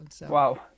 Wow